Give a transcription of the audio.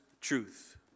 truth